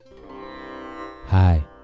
Hi